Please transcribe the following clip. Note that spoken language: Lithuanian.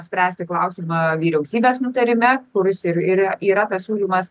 spręsti klausimą vyriausybės nutarime kuris ir ir yra pasiūlymas